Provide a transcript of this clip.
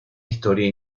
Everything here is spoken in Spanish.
historia